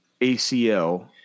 ACL